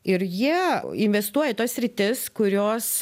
ir jie investuoja į tas sritis kurios